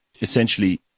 essentially